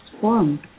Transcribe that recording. form